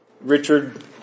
Richard